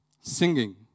singing